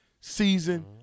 season